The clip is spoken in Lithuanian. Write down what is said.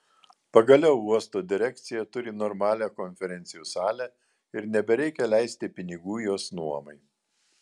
pagaliau uosto direkcija turi normalią konferencijų salę ir nebereikia leisti pinigų jos nuomai